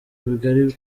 bigari